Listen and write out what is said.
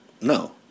no